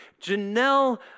Janelle